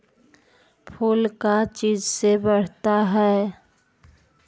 फूल का चीज से बढ़ता है?